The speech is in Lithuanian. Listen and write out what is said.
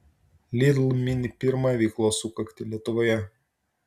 lidl mini pirmąją veiklos sukaktį lietuvoje